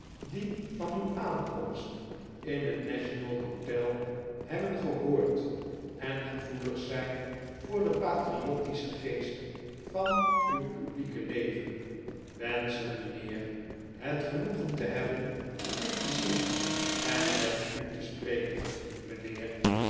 die van uw aankomst in het national hotel hebben gehoord en gevoelig zijn voor den patriotistischen geest van uw publieke leven wenschen mijnheer het genoegen te hebben u te zien en met u te spreken mijnheer